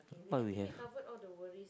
what we have